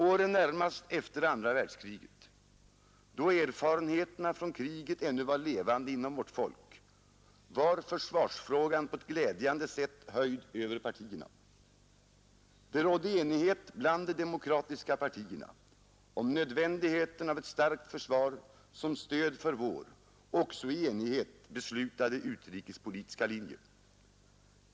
Åren efter andra världskriget, då erfarenheterna från kriget ännu var levande inom vårt folk, var försvarsfrågan på ett glädjande sätt höjd över partierna. Det rådde enighet bland de demokratiska partierna om nödvändigheten av ett starkt försvar som stöd för vår också i enighet beslutade utrikespolitiska linje.